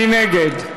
מי נגד?